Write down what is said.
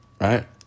Right